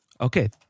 Okay